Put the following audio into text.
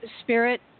spirit